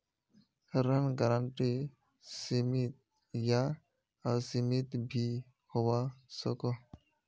ऋण गारंटी सीमित या असीमित भी होवा सकोह